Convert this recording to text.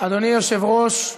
אדוני היושב-ראש,